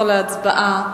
לפני שנעבור להצבעה.